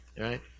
right